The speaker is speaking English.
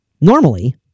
normally